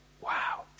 wow